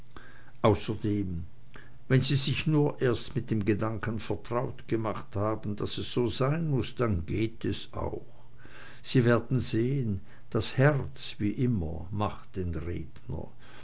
wenn sie sich nur erst mit dem gedanken vertraut gemacht haben daß es so sein muß dann geht es auch sie werden sehn das herz wie immer macht den redner